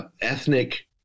ethnic